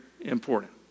important